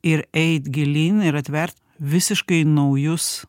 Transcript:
ir eit gilyn ir atvert visiškai naujus